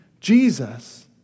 Jesus